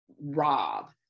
Rob